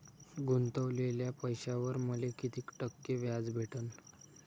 गुतवलेल्या पैशावर मले कितीक टक्के व्याज भेटन?